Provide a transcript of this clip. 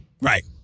Right